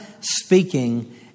speaking